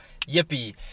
Yippee